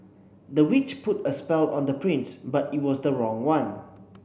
the witch put a spell on the prince but it was the wrong one